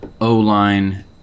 O-line